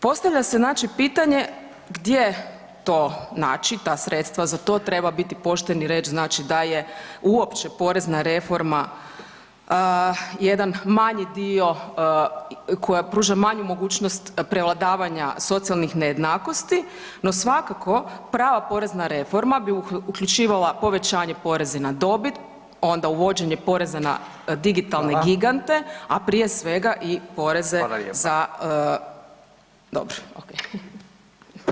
Postavlja se znači pitanje gdje to naći, ta sredstva za to treba biti pošten i reći znači da je uopće porezna reforma jedan manji dio koja pruža manju mogućnost prevladavanja socijalnih nejednakosti no svakako prava porezna reforma bi uključivala povećanje poreza na dobit, onda uvođenje poreza na digitalne gigante [[Upadica: Hvala.]] a prije svega i poreze za, dobro, ok.